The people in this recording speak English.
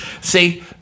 See